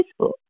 Facebook